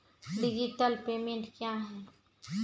Digital payment क्या हैं?